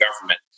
government